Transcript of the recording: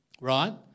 Right